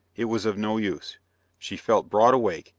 it was of no use she felt broad awake,